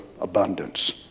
abundance